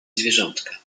zwierzątka